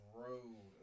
road